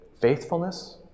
faithfulness